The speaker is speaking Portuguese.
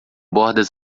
bordas